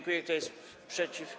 Kto jest przeciw?